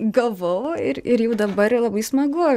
gavau ir ir jau dabar labai smagu